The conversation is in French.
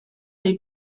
les